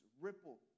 ripple